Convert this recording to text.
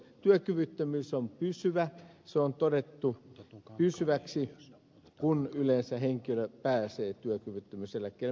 työkyvyttömyys on pysyvä se on todettu pysyväksi kun yleensä henkilö pääsee työkyvyttömyyseläkkeelle